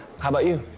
how about you?